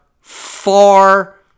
far